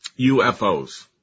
UFOs